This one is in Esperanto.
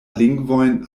lingvojn